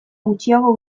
gutxiago